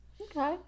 Okay